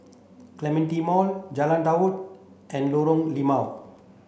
Clementi Mall Jalan Dua and Lorong Limau